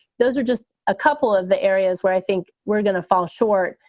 those are just a couple of the areas where i think we're going to fall short.